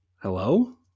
Hello